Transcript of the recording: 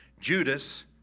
Judas